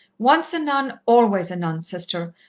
once a nun always a nun, sister,